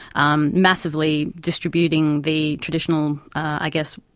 um massively distributing the traditional, i guess,